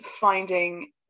finding